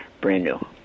brand-new